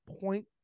point